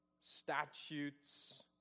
statutes